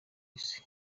isi